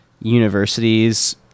universities